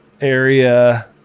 area